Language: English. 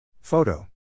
Photo